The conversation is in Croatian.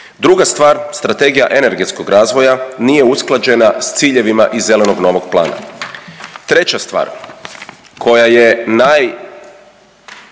Druga stvar, Strategija energetskog razvoja nije usklađena s ciljevima iz zelenog novog plana. Treća stvar koja je